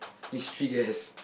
mystery guess